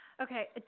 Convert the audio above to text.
Okay